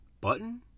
button